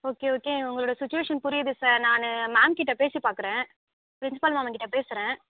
okay okay உங்களோட situation புரியுது sir நான் மேம்கிட்ட பேசி பார்க்கறேன் பிரின்ஸ்பால் மேம்கிட்ட பேசுகிறேன்